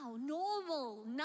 normal